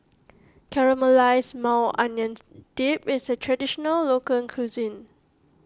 Caramelized Maui Onions Dip is a Traditional Local Cuisine